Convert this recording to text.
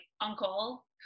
uncle